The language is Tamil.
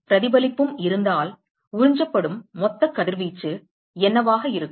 எனவே பிரதிபலிப்பும் இருந்தால் உறிஞ்சப்படும் மொத்த கதிர்வீச்சு என்னவாக இருக்கும்